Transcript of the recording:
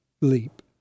leap